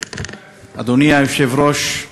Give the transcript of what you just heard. אדוני היושב-ראש,